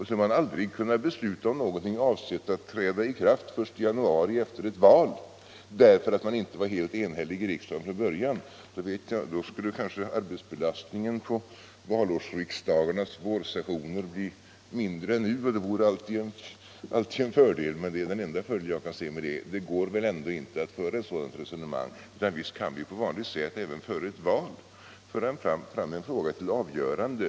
Skulle man aldrig kunna besluta om något som är avsett att träda i kraft den 1 januari efter ett val, då skulle kanske arbetsbelastningen för valårsriksdagarnas vårsessioner bli mindre än den nu är. Det vore ju alltid en fördel, men också den enda fördel jag kan se i det sammanhanget. Det går inte att föra ett sådant resonemang som herr Romanus gör. Vi kan naturligtvis även före ett val på vanligt sätt föra fram en fråga till avgörande.